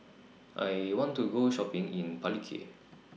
I want to Go Shopping in Palikir